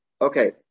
Okay